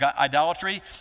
idolatry